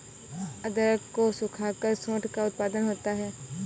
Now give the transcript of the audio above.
अदरक को सुखाकर सोंठ का उत्पादन होता है